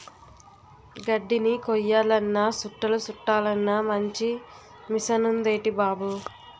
గడ్దిని కొయ్యాలన్నా సుట్టలు సుట్టలన్నా మంచి మిసనుందేటి బాబూ